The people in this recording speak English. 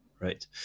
Right